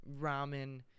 ramen